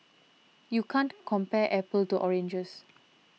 you can't compare apples to oranges